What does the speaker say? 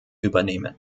übernehmen